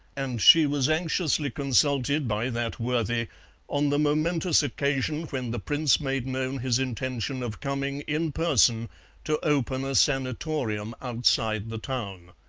and she was anxiously consulted by that worthy on the momentous occasion when the prince made known his intention of coming in person to open a sanatorium outside the town.